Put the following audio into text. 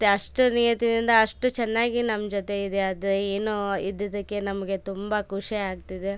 ಮತ್ತೆ ಅಷ್ಟು ನಿಯತ್ತಿನಿಂದ ಅಷ್ಟು ಚೆನ್ನಾಗಿ ನಮ್ಮ ಜೊತೆ ಇದೆ ಅದೇನೋ ಇದ್ದದ್ದಕ್ಕೆ ನಮಗೆ ತುಂಬ ಖುಷಿಯಾಗ್ತಿದೆ